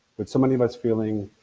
with so many of us feeling